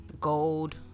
gold